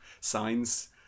signs